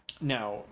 Now